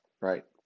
right